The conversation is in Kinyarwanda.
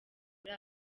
muri